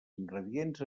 ingredients